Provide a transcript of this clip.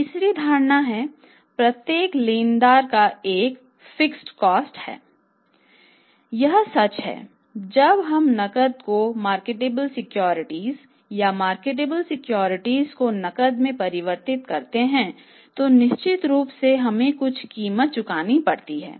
तीसरी धारणा है प्रत्येक लेनदेन का एक फिक्स्ड कॉस्ट को नकद में परिवर्तित करते हैं तो निश्चित रूप से हमें कुछ कीमत चुकानी पड़ती है